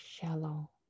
shallow